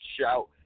shout